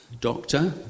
doctor